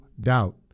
doubt